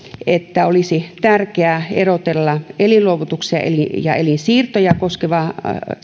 että olisi tärkeää erottaa elinluovutuksia ja elinsiirtoja koskevat